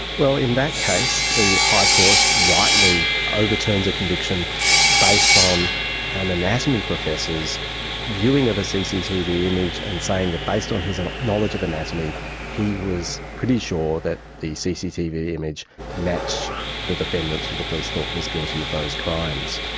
well, in that case the high court rightly overturns a conviction based on an anatomy professor's viewing of a cctv image and saying that based on his knowledge of anatomy he was pretty sure that the cctv image matched the defendant who the police thought was guilty of those crimes.